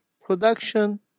production